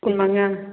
ꯀꯨꯟꯃꯉꯥ